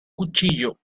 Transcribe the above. cuchillo